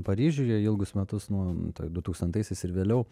paryžiuje ilgus metus nuo du tūkstantaisiais ir vėliau